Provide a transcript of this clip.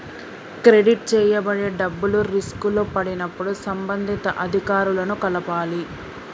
credit చేయబడే డబ్బులు రిస్కులో పడినప్పుడు సంబంధిత అధికారులను కలవాలి